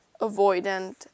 avoidant